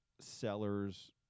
seller's